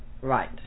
Right